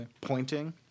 pointing